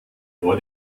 vor